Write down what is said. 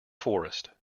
forest